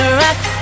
rock